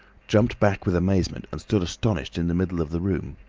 jumped back with amazement and stood astonished in the middle of the room.